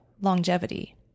longevity